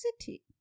city